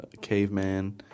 Caveman